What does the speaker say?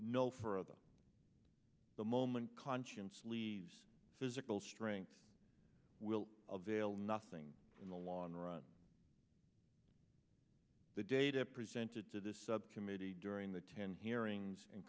no further than the moment conscience leaves physical strength will of ale nothing in the long run the data presented to this subcommittee during the ten hearings and